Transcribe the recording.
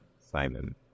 Simon